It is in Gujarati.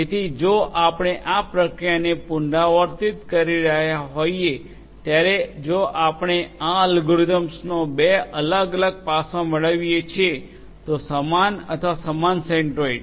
તેથી જો આપણે આ પ્રક્રિયાને પુનરાવર્તિત કરી રહ્યા હોઈએ ત્યારે જો આપણે આ અલ્ગોરિધમનો બે અલગ અલગ પાસમાં મેળવીએ છીએ તો સમાન અથવા સમાન સેન્ટ્રોઇડ